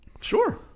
Sure